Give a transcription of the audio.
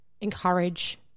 encourage